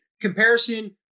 Comparison